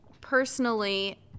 personally